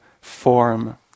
form